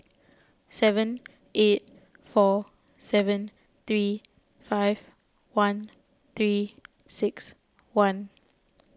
seven eight four seven three five one three six one